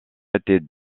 était